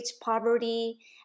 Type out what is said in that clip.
poverty